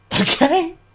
Okay